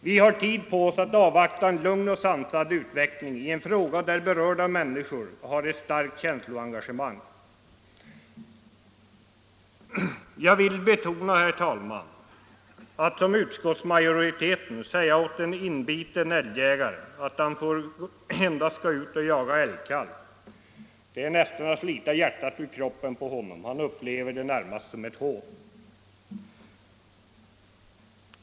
Vi har tid på oss att avvakta en lugn och sansad utveckling i en fråga, där berörda människor har ett starkt känsloengagemang. Att som utskottsmajoriteten vill göra säga åt en inbiten älgjägare, att han endast får gå ut och jaga en älgkalv, är nästan som att slita hjärtat ur bröstet på honom. Han upplever det närmast som ett hån.